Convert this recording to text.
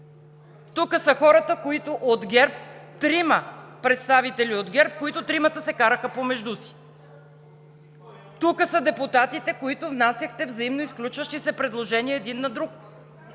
в Правната комисия. Тук са трима представители от ГЕРБ, които трима се караха помежду си. Тук са депутатите, които внасяхте взаимно изключващи се предложения един на друг.